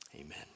amen